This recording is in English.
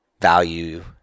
value